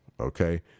okay